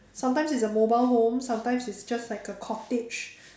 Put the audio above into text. sometimes it's a mobile home sometimes it's just like a cottage